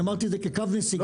אני אמרתי את זה כקו נסיגה.